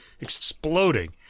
exploding